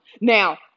Now